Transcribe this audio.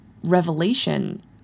revelation